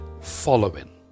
following